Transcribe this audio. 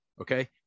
Okay